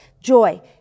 joy